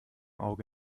auge